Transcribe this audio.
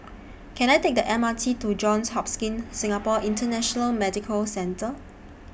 Can I Take The M R T to Johns Hopkins Singapore International Medical Centre